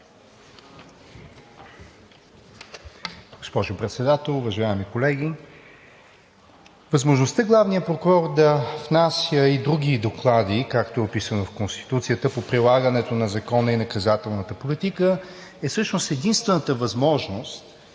Госпожо Председател, уважаеми колеги! Възможността главният прокурор да внася и други доклади, както е описано в Конституцията по прилагането на закона, и наказателната политика, е всъщност единствената възможност